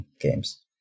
games